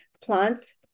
plants